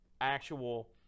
actual